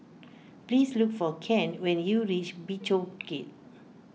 please look for Kent when you reach Bishopsgate